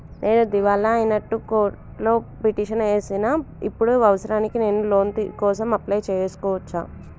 నేను దివాలా అయినట్లు కోర్టులో పిటిషన్ ఏశిన ఇప్పుడు అవసరానికి నేను లోన్ కోసం అప్లయ్ చేస్కోవచ్చా?